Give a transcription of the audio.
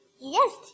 Yes